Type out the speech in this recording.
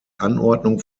anordnung